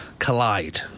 Collide